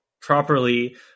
properly